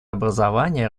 образования